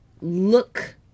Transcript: look